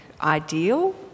Ideal